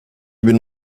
bin